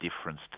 difference